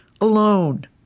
alone